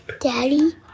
Daddy